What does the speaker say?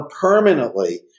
permanently